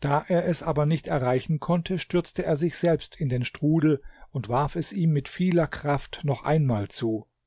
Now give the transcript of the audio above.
da er es aber nicht erreichen konnte stürzte er sich selbst in den strudel und warf es ihm mit vieler kraft noch einmal zu